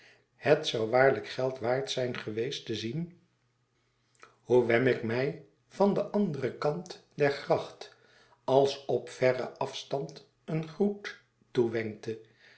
het zou waarlijk geld waard zijn geweest te zien hoe wemmick mij van den anderen kant der gracht als op verren afstand een groet toewenkte